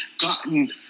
gotten